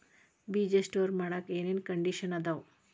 ಬೇಜ ಸ್ಟೋರ್ ಮಾಡಾಕ್ ಏನೇನ್ ಕಂಡಿಷನ್ ಅದಾವ?